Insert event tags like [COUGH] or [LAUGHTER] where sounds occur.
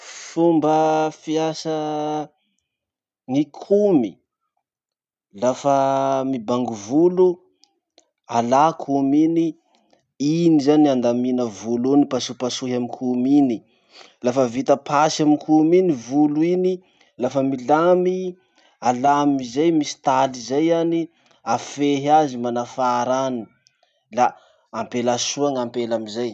[NOISE] Fomba fiasa ny komy lafa mibango volo. Alà komy iny, iny zany andamina volo iny pasopasohy amy komy iny, [NOISE] lafa vita pasy amy komy iny volo iny, lafa milamy, alà amizay, misy taly zay any afehy azy manafara any. La ampelasoa gn'ampela amizay.